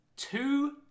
Two